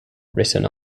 written